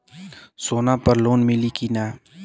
सोना पर लोन मिली की ना?